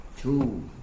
two